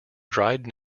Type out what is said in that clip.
dried